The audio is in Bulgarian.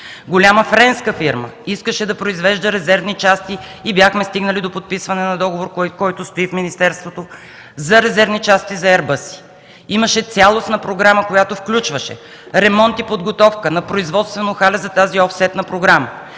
Голяма френска фирма искаше да произвежда резервни части и бяхме стигнали до подписване на договор, който стои в министерството, за резервни части за „Еърбъс”-и. Имаше цялостна програма, която включваше ремонт и подготовка на производствено хале за тази офсетна програма.